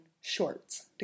shorts